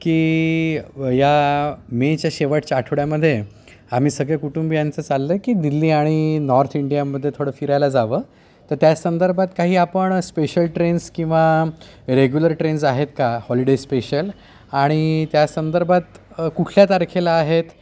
की या मेच्या शेवटच्या आठवड्यामध्ये आम्ही सगळे कुटुंबियांचं चाललं आहे की दिल्ली आणि नॉर्थ इंडियामध्ये थोडं फिरायला जावं तर त्या संदर्भात काही आपण स्पेशल ट्रेन्स किंवा रेग्युलर ट्रेन्स आहेत का हॉलिडे स्पेशल आणि त्या संदर्भात कुठल्या तारखेला आहेत